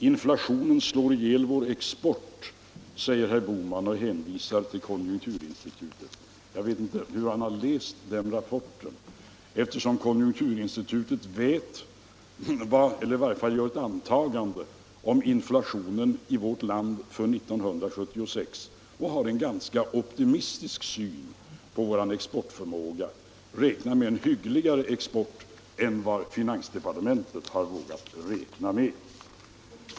Inflationen slår ihjäl vår export, säger herr Bohman och hänvisar till konjunkturinstitutet. Jag vet inte hur han har läst den rapporten, eftersom konjunkturinstitutet gör ett antagande om inflationen i vårt land år 1976 och har en ganska optimistisk syn på vår exportförmåga. Man räknar med en hyggligare export än den finansdepartementet vågat räkna med.